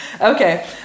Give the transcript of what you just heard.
Okay